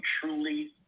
truly